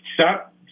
stop